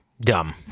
Dumb